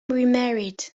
remarried